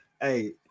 Hey